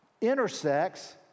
intersects